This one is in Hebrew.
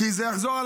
כי זה יחזור,